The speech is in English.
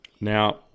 Now